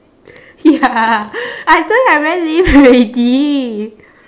ya I told you I'm very lame already